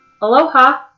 Aloha